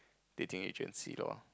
dating agency lor